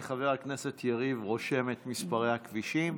כי חבר הכנסת יריב לוין רושם את מספרי הכבישים.